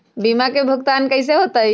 बीमा के भुगतान कैसे होतइ?